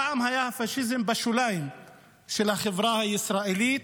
פעם היה הפשיזם בשוליים של החברה הישראלית,